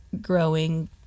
growing